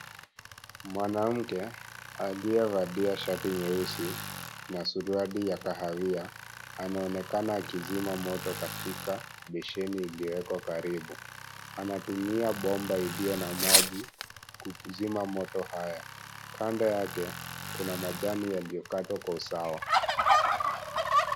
Mwanamke, aliyevalia shati nyeusi na suruali ya kahawia, anaonekana akizima moto katika besheni iliyowekwa karibu. Anatumia bomba iliyo na maji kukizima moto haya. Kando yake, kuna majani yaliyokatwa kwa usawa.